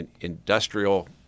industrial